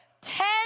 ten